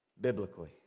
biblically